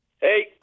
hey